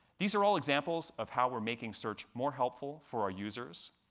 these are all examples of how we're making search more helpful for our users,